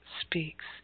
speaks